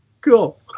cool